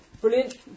Brilliant